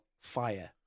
Fire